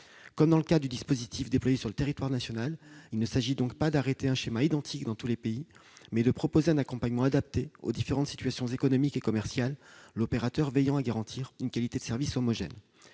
Comme dans le cas du dispositif déployé sur le territoire national, il s'agit donc non pas d'arrêter un schéma identique dans tous les pays, mais de proposer un accompagnement adapté aux différentes situations économiques et commerciales, l'opérateur veillant à garantir une qualité de services homogène.